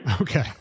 Okay